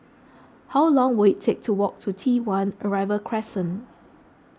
how long will it take to walk to T one Arrival Crescent